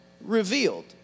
revealed